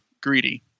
greedy